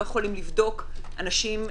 לא יכולים לבדוק אנשים,